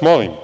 molim